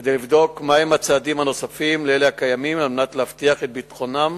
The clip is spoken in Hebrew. כדי לבדוק מהם הצעדים הנוספים על אלה הקיימים על מנת להבטיח את ביטחונם